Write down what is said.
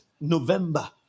November